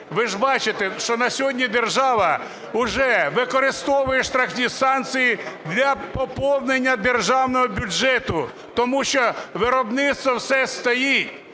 Ви ж бачите, що на сьогодні держава уже використовує штрафні санкції для поповнення державного бюджету, тому що виробництво все стоїть,